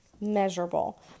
measurable